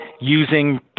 using